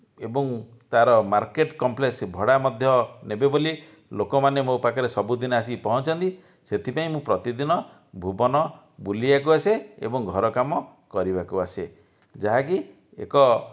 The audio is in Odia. ଏବଂ ତାର ମାର୍କେଟ କମ୍ପ୍ଲେକ୍ସ ଭଡ଼ା ମଧ୍ୟ ନେବେ ବୋଲି ଲୋକମାନେ ମୋ ପାଖରେ ସବୁଦିନ ଆସି ପହଞ୍ଚନ୍ତି ସେଥିପାଇଁ ମୁଁ ପ୍ରତି ଦିନ ଭୁବନ ବୁଲିବାକୁ ଆସେ ଏବଂ ଘର କାମ କରିବାକୁ ଆସେ ଯାହା କି ଏକ